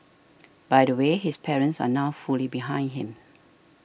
by the way his parents are now fully behind him